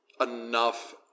enough